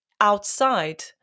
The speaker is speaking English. outside